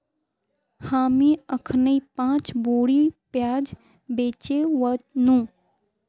हामी अखनइ पांच बोरी प्याज बेचे व नु